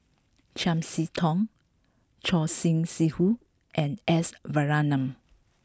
Chiam See Tong Choor Singh Sidhu and S Varathan